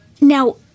Now